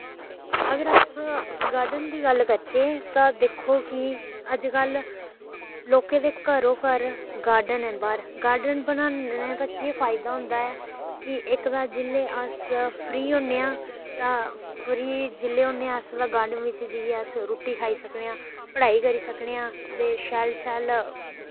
अगर अस गॉर्डन दी गल्ल करचै तां दिक्खो जी अजकल लोकें दे घरो घर गॉर्डन न बाहर गॉर्डन बनाने दा केह् फायदा होंदा ऐ कि इक ते जेल्लै अस फ्री होन्ने आं फ्री आं तां गॉर्डन बिच जाइयै अस रुट्टी खाई सकने आं ते पढ़ाई करी सकने आं ते शैल शैल